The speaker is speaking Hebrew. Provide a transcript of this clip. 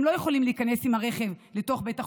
הם לא יכולים להיכנס עם הרכב לתוך בית החולים.